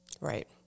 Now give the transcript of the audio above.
Right